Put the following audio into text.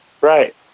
Right